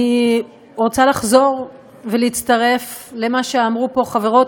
אני רוצה לחזור ולהצטרף למה שאמרו פה חברות